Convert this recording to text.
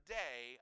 day